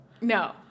no